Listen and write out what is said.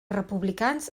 republicans